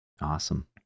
Awesome